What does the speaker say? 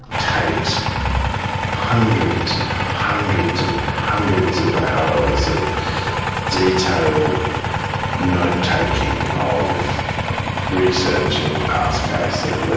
takes hundreds and hundreds and hundreds of hours of detailed note taking, of researching past cases,